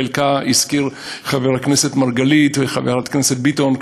את חלקה הזכירו חבר הכנסת מרגלית וחברת הכנסת ביטון.